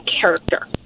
character